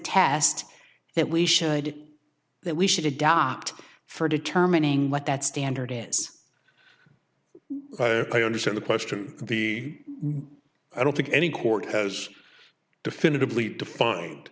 test that we should that we should adopt for determining what that standard is i understand the question the i don't think any court has definitively defined